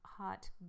Hot